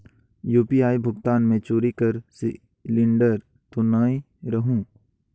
UPI भुगतान मे चोरी कर सिलिंडर तो नइ रहु?